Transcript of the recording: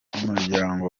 umuryango